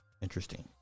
Interesting